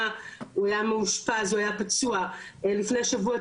לפני שבוע טיפלנו גם בעוד מקרה של קו לעובד,